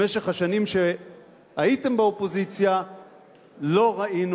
במשך השנים שהייתם באופוזיציה לא ראינו